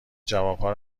جوابها